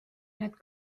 need